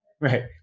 Right